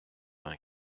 vingt